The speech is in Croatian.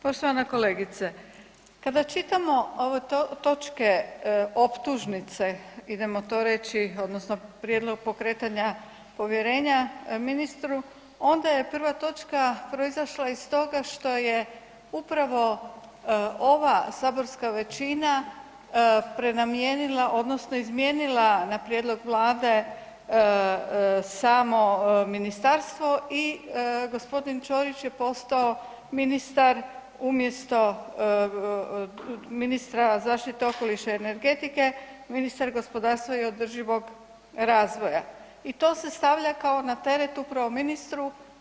Poštovana kolegice, kada čitamo ove točke optužnice, idemo to reći odnosno prijedlog pokretanja povjerenja ministru onda je prva točka proizašla iz toga što je upravo ova saborska većina prenamijenila odnosno izmijenila na prijedlog vlade samo ministarstvo i g. Ćorić je postao ministar umjesto ministra zaštite okoliše i energetike ministar gospodarstva i održivog razvoja i to se stavlja kao na teret upravo ministru.